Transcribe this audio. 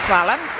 Hvala.